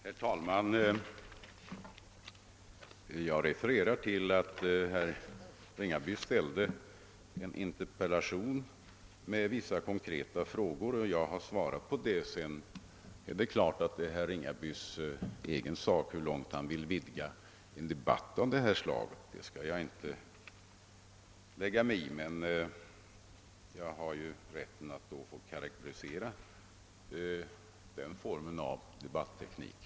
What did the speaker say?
Herr talman! Jag refererade förut till att herr Ringaby ställt en interpellation med vissa konkreta frågor som jag svarat på. Det är klart att det är herr Ringabys egen sak att avgöra hur långt han sedan vill vidga en debatt av det här slaget, men jag har då också rätt att karakterisera den formen av debatteknik.